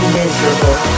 miserable